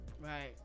Right